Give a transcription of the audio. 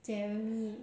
jeremy